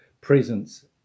presence